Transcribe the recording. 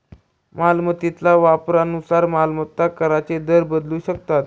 मालमत्तेच्या वापरानुसार मालमत्ता कराचे दर बदलू शकतात